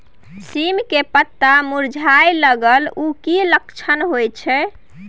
सीम के पत्ता मुरझाय लगल उ कि लक्षण होय छै?